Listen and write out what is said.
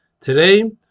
Today